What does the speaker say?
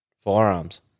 firearms